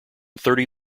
thirty